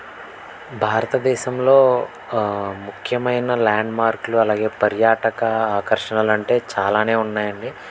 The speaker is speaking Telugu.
భారతదేశంలో ముఖ్యమైన ల్యాండ్మార్కులు అలాగే పర్యాటక ఆకర్షణలంటే చాలానే ఉన్నాయండి